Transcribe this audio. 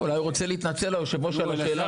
לא, אולי הוא רוצה להתנצל יושב הראש על השאלה.